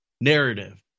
narrative